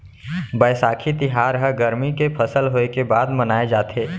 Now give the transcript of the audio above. बयसाखी तिहार ह गरमी के फसल होय के बाद मनाए जाथे